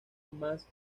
más